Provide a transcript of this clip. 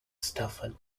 stafford